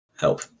help